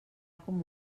com